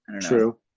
true